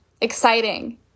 exciting